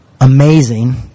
amazing